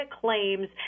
claims